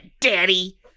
daddy